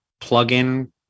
plug-in